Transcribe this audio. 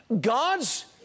God's